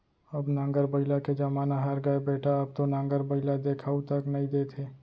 अब नांगर बइला के जमाना हर गय बेटा अब तो नांगर बइला देखाउ तक नइ देत हे